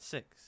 Six